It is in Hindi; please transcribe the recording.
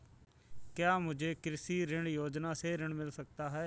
क्या मुझे कृषि ऋण योजना से ऋण मिल सकता है?